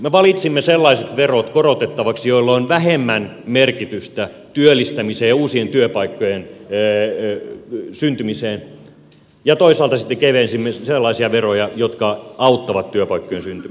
me valitsimme sellaiset verot korotettaviksi joilla on vähemmän merkitystä työllistämiseen ja uusien työpaikkojen syntymiseen ja toisaalta sitten kevensimme sellaisia veroja jotka auttavat työpaikkojen syntymisessä